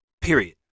Period